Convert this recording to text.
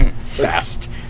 Fast